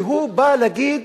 והוא בא להגיד